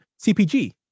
CPG